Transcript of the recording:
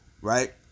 right